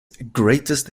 greatest